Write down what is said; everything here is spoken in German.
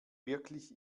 wirklich